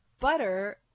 butter